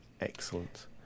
Excellent